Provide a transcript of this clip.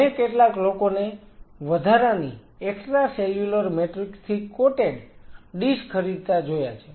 મેં કેટલાક લીકોને વધારાની એક્સ્ટ્રાસેલ્યુલર મેટ્રિક્સ થી કોટેડ ડીશ ખરીદતા જોયા છે